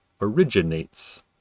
originates